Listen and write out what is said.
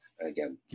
Again